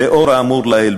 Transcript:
לאור האמור לעיל,